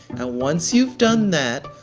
and once you've done that,